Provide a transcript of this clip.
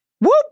Whoop